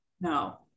no